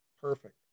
Perfect